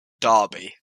derby